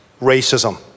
Racism